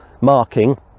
marking